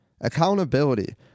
Accountability